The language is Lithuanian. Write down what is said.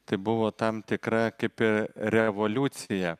tai buvo tam tikra kaip revoliucija